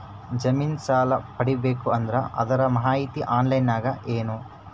ಜಮಿನ ಸಾಲಾ ಪಡಿಬೇಕು ಅಂದ್ರ ಅದರ ಮಾಹಿತಿ ಆನ್ಲೈನ್ ನಾಗ ಅದ ಏನು?